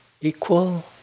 equal